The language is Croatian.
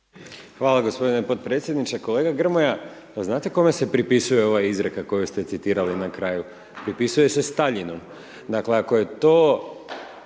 Hvala gospodine podpredsjedniče. Kolega Grmoja, pa znate kome se pripisuje ova izreka koju ste citirali na kraju? Pripisuje se Staljinu.